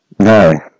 No